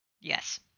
Yes